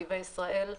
נתיבי ישראל,